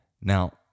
Now